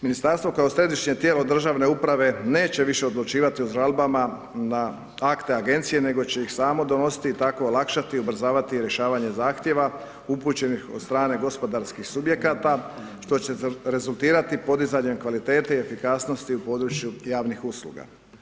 Ministarstvo kao središnje tijelo državne uprave neće više odlučivati o žalbama na akte agencije nego će ih samo donositi i tako olakšati i ubrzavati rješavanje zahtjeva upućenih od strane gospodarskih subjekata što će rezultirati podizanjem kvalitete i efikasnosti u području javnih usluga.